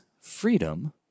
freedom